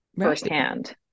firsthand